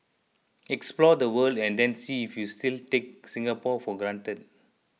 explore the world and then see if you still take Singapore for granted